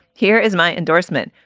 here is my endorsement.